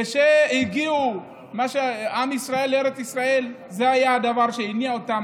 כשהגיע עם ישראל לארץ ישראל זה היה הדבר שהניע אותם,